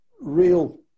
real